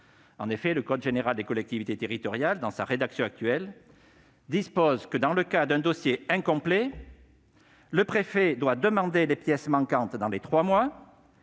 En effet le code général des collectivités territoriales, dans sa rédaction actuelle, dispose que dans le cas d'un dossier incomplet le préfet doit demander les pièces manquantes dans les trois mois